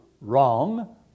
wrong